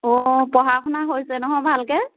অঁ পঢ়া শুনা হৈছে নহয় ভালকে